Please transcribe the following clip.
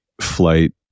flight